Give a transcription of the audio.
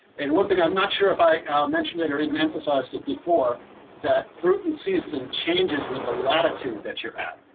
and one thing i'm not sure if i mentioned it or even emphasized it before that fruit and season changes with the latitude that you're at.